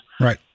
Right